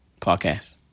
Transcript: Podcast